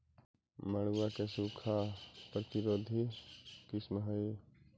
मड़ुआ के सूखा प्रतिरोधी किस्म हई?